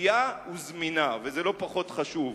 נקייה וזמינה, וזה לא פחות חשוב.